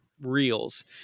Reels